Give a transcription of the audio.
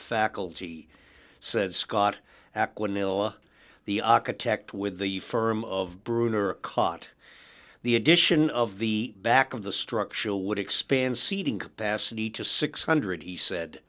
faculty said scott aqua nella the architect with the firm of bruner caught the addition of the back of the structural would expand seating capacity to six hundred he said